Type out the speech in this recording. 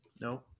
No